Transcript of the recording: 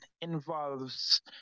involves